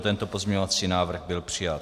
Tento pozměňovací návrh byl přijat.